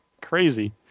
crazy